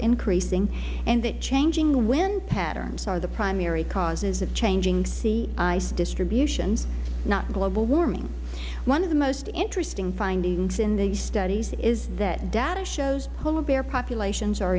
increasing and that changing wind patterns are the primary causes of changing sea ice distributions not global warming one of the most interesting findings in these studies is that data shows polar bear populations are